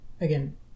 Again